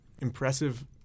impressive